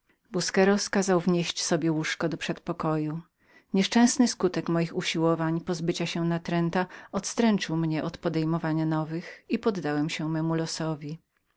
busqueros kazał wnieść sobie łóżko do przedpokoju nieszczęsny skutek moich usiłowań do pozbycia się natręta odstręczył mnie od podejmowania nowych i poddałem się memu losowi